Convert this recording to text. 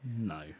No